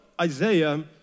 Isaiah